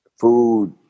food